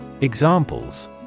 Examples